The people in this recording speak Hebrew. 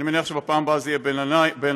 אני מניח שבפעם הבאה זה יהיה בין העיניים,